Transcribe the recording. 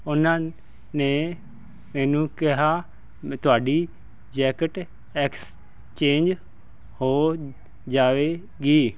ਉਹਨਾਂ ਨੇ ਮੈਨੂੰ ਕਿਹਾ ਮੈਂ ਤੁਹਾਡੀ ਜੈਕਟ ਐਕਸਚੇਂਜ ਹੋ ਜਾਵੇਗੀ